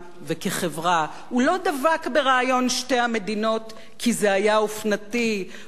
הוא לא דבק ברעיון שתי המדינות כי זה היה אופנתי או כי לחצו עליו.